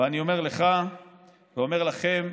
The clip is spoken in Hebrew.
אני אומר לך ואומר לכם,